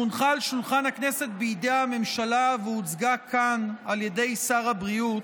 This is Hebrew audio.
שהונחה על שולחן הכנסת בידי הממשלה והוצגה כאן על ידי שר הבריאות,